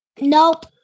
Nope